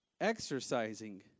exercising